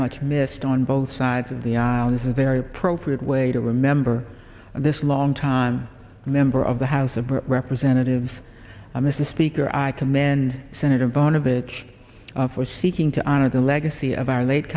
much missed on both sides of the aisle and is a very appropriate way to remember this longtime member of the house of representatives i miss the speaker i commend senator boehner bitch for seeking to honor the legacy of our la